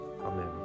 Amen